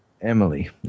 Emily